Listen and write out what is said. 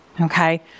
Okay